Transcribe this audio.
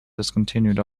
discontinued